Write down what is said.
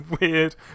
weird